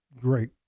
great